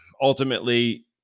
Ultimately